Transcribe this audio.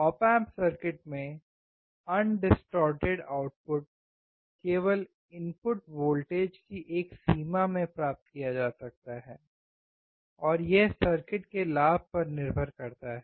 op amp circuit में अविकृत output केवल इनपुट वोल्टेज की एक सीमा में प्राप्त किया जा सकता है और यह सर्किट के लाभ पर निर्भर करता है